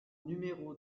numéro